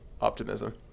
optimism